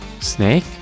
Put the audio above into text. Snake